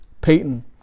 Payton